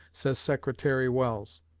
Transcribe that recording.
says secretary welles.